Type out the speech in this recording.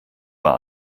war